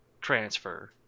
transfer